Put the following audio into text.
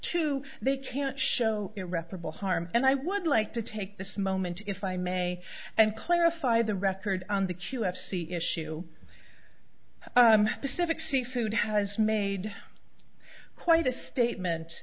two they can't show irreparable harm and i would like to take this moment if i may and clarify the record on the q f c issue the civic seafood has made quite a statement